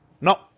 No